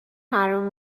حروم